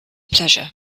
pleasure